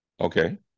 Okay